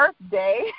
birthday